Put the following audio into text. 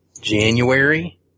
January